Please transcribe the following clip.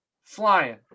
flying